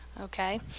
okay